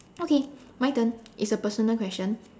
okay my turn it's a personal question